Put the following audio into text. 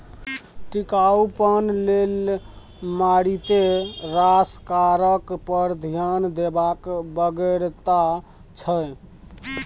टिकाउपन लेल मारिते रास कारक पर ध्यान देबाक बेगरता छै